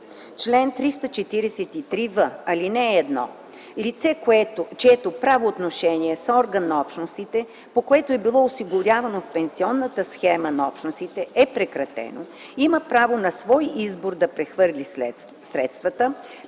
Чл. 343в. (1) Лице, чието правоотношение с орган на Общностите, по което е било осигурявано в пенсионната схема на Общностите, е прекратено, има право по свой избор да прехвърли средствата,